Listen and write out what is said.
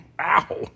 Ow